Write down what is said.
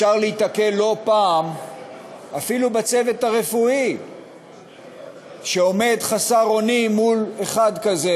אפשר להיתקל לא פעם אפילו בצוות הרפואי שעומד חסר אונים מול אחד כזה,